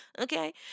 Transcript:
okay